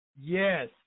Yes